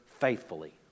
faithfully